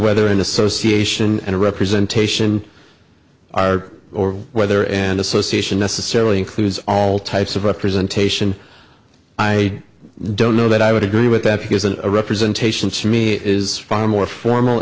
whether an association and representation are or whether an association necessarily includes all types of representation i don't know that i would agree with that because a representation to me is far more formal